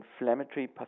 inflammatory